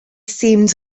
seemed